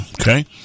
okay